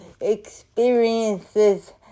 experiences